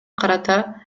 карата